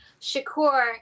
Shakur